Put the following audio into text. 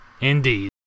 Indeed